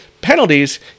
Penalties